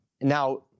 Now